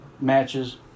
matches